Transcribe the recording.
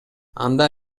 анда